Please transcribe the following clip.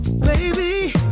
baby